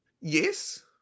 Yes